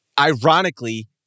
ironically